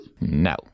No